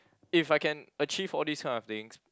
if I can achieve all these kind of things